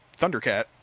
Thundercat